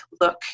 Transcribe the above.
look